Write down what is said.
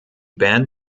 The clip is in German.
band